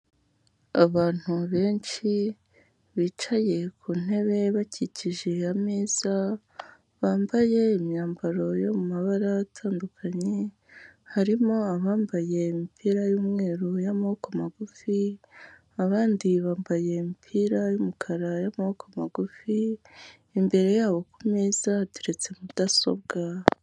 Abantu benshi bicaye ku ntebe bakikije ameza, bambaye imyambaro yo mu mabara atandukanye, harimo abambaye imipira y'umweru y'amaboko magufi, abandi bambaye imipira y'umukara y'amaboko magufi, imbere yabo kumeza hateretse mudasobwa.